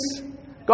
God